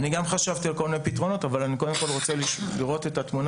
אני גם חשבתי על כל מיני פתרונות אבל אני רוצה קודם לקבל את התמונה